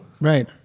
Right